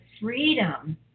freedom